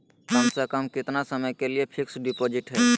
कम से कम कितना समय के लिए फिक्स डिपोजिट है?